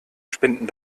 spenden